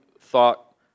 thought